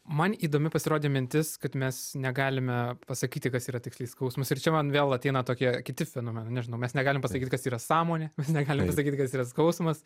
man įdomi pasirodė mintis kad mes negalime pasakyti kas yra tiksliai skausmas ir čia man vėl ateina tokie kiti fenomenai nežinau mes negalim pasakyt kas yra sąmonė mes negalim pasakyt kas yra skausmas